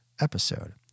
episode